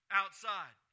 outside